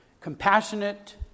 compassionate